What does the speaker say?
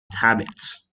habits